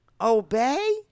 Obey